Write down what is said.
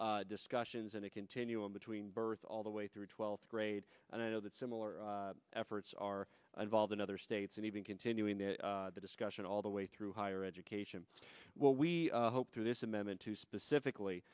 discussions in a continuum between birth all the way through twelfth grade and i know that similar efforts are involved in other states and even continuing the discussion all the way through higher education what we hope through this amendment to specifically